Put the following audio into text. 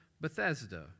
Bethesda